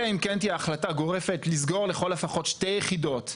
אלא אם כן תהיה החלטה גורפת לסגור לכל פחות 2 יחידות עכשיו,